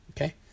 okay